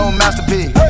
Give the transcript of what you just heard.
masterpiece